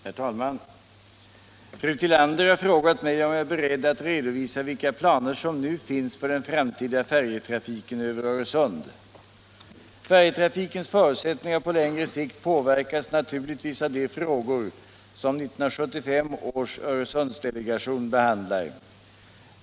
Herr talman! Fru Tillander har frågat mig om jag är beredd att redovisa vilka planer som nu finns för den framtida färjtrafiken över Öresund. Färjtrafikens förutsättningar på längre sikt påverkas naturligtvis av de frågor som 1975 års Öresundsdelegation behandlar.